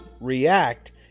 react